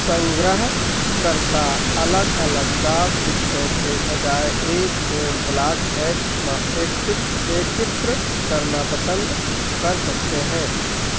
संग्रहकर्ता अलग अलग डाक टिकटों के बजाय एक पूर्ण ब्लॉक एक एकचित्र करना पसंद कर सकते हैं